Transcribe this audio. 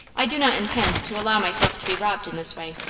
i do not intend to allow myself to be robbed in this way.